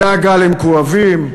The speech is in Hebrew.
דאגה למקורבים?